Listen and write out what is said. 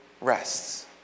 rests